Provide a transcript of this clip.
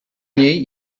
niej